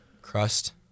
crust